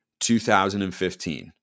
2015